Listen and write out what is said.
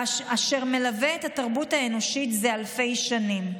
אשר מלווה את התרבות האנושית זה אלפי שנים.